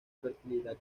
fertilidad